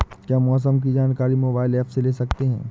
क्या मौसम की जानकारी मोबाइल ऐप से ले सकते हैं?